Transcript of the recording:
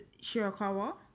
Shirakawa